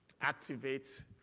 Activate